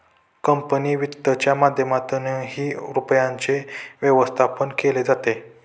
company वित्तच्या माध्यमातूनही रुपयाचे व्यवस्थापन केले जाते